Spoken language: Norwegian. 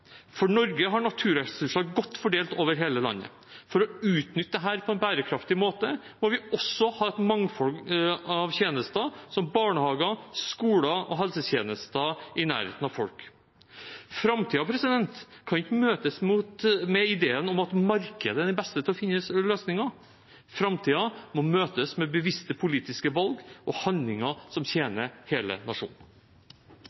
velferd. Norge har naturressurser godt fordelt over hele landet. For å utnytte dette på en bærekraftig måte må vi også ha et mangfold av tjenester, som barnehager, skoler og helsetjenester i nærheten av folk. Framtiden kan ikke møtes med ideen om at markedet er den beste til å finne løsninger. Framtiden må møtes med bevisste politiske valg og handlinger som